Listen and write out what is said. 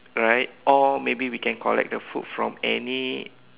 right or maybe we can collect the food from any